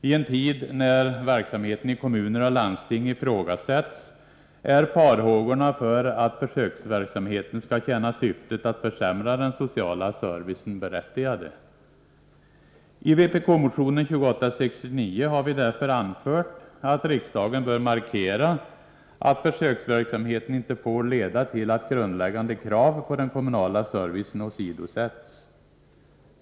I en tid då verksamheten i kommuner och landsting ifrågasätts är farhågorna berättigade för att försöksverksamheten skall tjäna syftet att försämra den sociala servicen. I vpk-motionen 2869 har vi därför anfört att riksdagen bör markera att försöksverksamheten inte får leda till att grundläggande krav på den kommunala servicen åsidosätts.